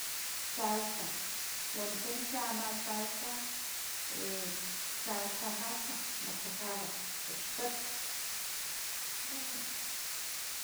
Salsa wanikana xa ama salsa salsa macha, machacado taxpat nada mas eso.